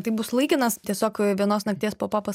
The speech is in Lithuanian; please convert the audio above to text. tai bus laikinas tiesiog vienos nakties popapas